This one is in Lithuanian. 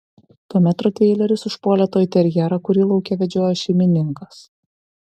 tuomet rotveileris užpuolė toiterjerą kurį lauke vedžiojo šeimininkas